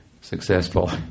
successful